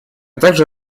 также